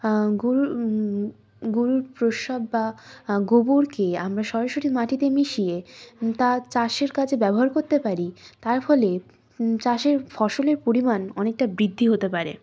গরু গরুর প্রস্রাব বা গোবরকে আমরা সরাসরি মাটিতে মিশিয়ে তা চাষের কাজে ব্যবহার করতে পারি তার ফলে চাষের ফসলের পরিমাণ অনেকটা বৃদ্ধি হতে পারে